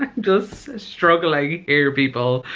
just struggling here people!